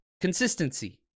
consistency